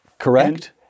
Correct